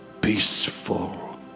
peaceful